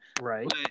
right